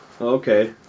Okay